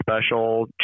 special